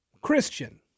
Christian